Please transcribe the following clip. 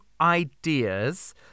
ideas